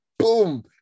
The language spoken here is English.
Boom